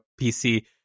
PC